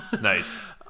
Nice